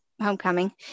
homecoming